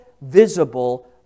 visible